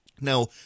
Now